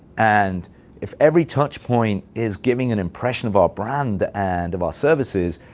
and if every touch point is giving an impression of our brand and of our services,